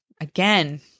again